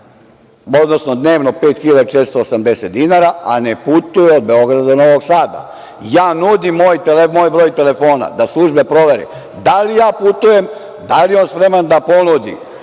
odnosno dnevno 5.480 dinara, a ne putuje od Beograda do Novog Sada? Ja nudim moj broj telefona da službe provere da li ja putujem. Da li je on spreman da ponudi